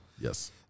yes